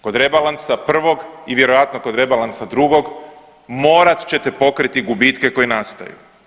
Kod rebalansa prvog i vjerojatno kod rebalansa drugog morat ćete pokriti gubitke koji nastaju.